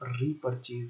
repurchase